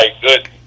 Good